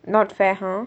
not fair !huh!